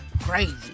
crazy